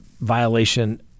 violation